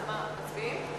הצבעה.